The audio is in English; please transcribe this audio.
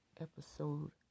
episode